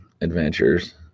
adventures